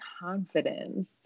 confidence